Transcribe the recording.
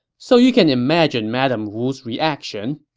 so you can imagine madame wu's reaction.